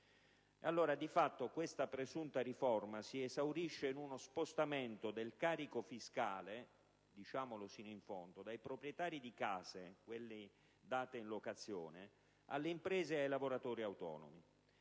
Di fatto questa presunta riforma si esaurisce in uno spostamento del carico fiscale - diciamolo sino in fondo - dai proprietari di case, quelle date in locazione, alle imprese e ai lavoratori autonomi.